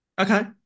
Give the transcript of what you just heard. Okay